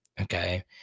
Okay